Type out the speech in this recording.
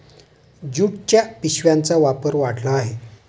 ज्यूटच्या पिशव्यांचा वापर वाढला आहे